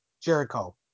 Jericho